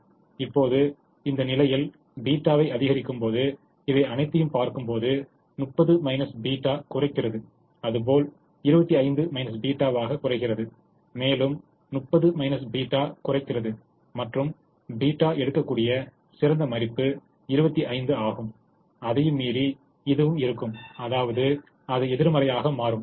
இப்போது இந்த நிலையில் θ வை அதிகரிக்கும்போது இவை அனைத்தையும் பார்க்கும்போது 30 θ குறைக்கிறது அதுபோல் 25 θ குறைக்கிறது மேலும் 30 θ குறைக்கிறது மற்றும் θ எடுக்கக்கூடிய சிறந்த மதிப்பு 25 ஆகும் அதையும் மீறி இதுவும் இருக்கும் அதாவது அது எதிர்மறையாக மாறும்